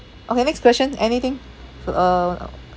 okay next question anything f~ uh